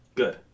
Good